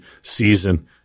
season